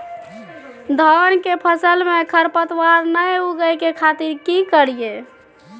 धान के फसल में खरपतवार नय उगय के खातिर की करियै?